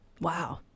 wow